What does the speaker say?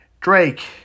Drake